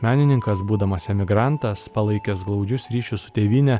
menininkas būdamas emigrantas palaikęs glaudžius ryšius su tėvyne